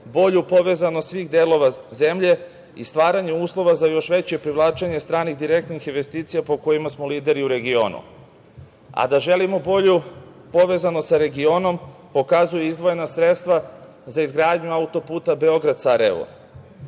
bolju povezanost svih delova zemlje i stvaranje uslova za još veće privlačenje stranih direktnih investicija po kojima smo lideri u regionu. Da želimo bolju povezanost sa regionom pokazuju izdvojena sredstva za izgradnju autoputa Beograd-Sarajevo.